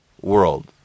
world